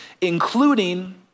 including